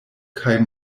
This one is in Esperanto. kaj